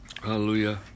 hallelujah